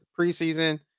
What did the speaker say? preseason